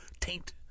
Taint